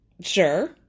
sure